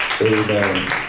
Amen